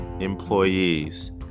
employees